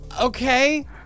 Okay